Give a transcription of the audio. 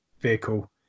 vehicle